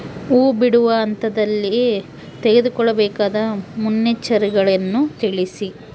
ಹೂ ಬಿಡುವ ಹಂತದಲ್ಲಿ ತೆಗೆದುಕೊಳ್ಳಬೇಕಾದ ಮುನ್ನೆಚ್ಚರಿಕೆಗಳನ್ನು ತಿಳಿಸಿ?